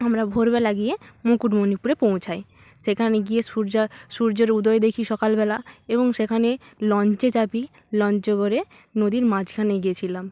আমরা ভোরবেলা গিয়ে মুকুটমণিপুরে পৌঁছাই সেখানে গিয়ে সূর্যা সূর্যের উদয় দেখি সকালবেলা এবং সেখানে লঞ্চে চাপি লঞ্চে করে নদীর মাঝখানে গিয়েছিলাম